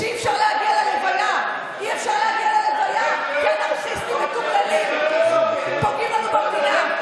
כשאי-אפשר להגיע להלוויה כי אנרכיסטים מטורללים פוגעים לנו במדינה.